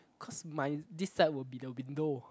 cause my this side will be the window